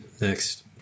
next